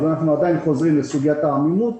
אנחנו עדיין חוזרים לסוגיית העמימות,